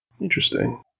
Interesting